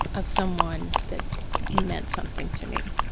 of someone that meant something to me,